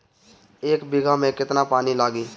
एक बिगहा में केतना पानी लागी?